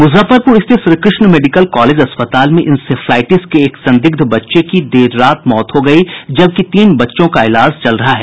मुजफ्फरपुर स्थित Shrikrishna medical college अस्पताल में इंसेफ्लाइटिस के एक संदिग्ध बच्चे की देर रात मौत हो गयी जबकि तीन बच्चों का इलाज चल रहा है